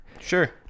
Sure